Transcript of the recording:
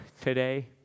today